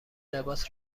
لباس